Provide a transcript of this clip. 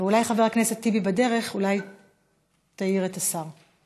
ואולי, חבר הכנסת טיבי, בדרך תעיר את השר.